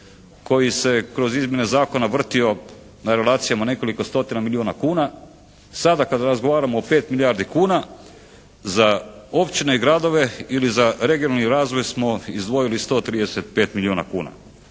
koji se kroz izmjene zakona vrtio na relacijama nekoliko stotina milijuna kuna. Sada kada razgovaramo o pet milijardi kuna za općine i gradove ili za regionalni razvoj smo izdvojili 135 milijuna kuna.